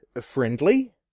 friendly